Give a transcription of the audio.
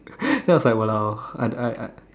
then I was like !walao! I I I